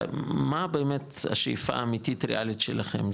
מה באמת השאיפה האמיתית הראלית שלכם,